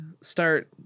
start